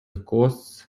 costs